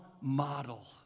model